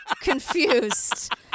confused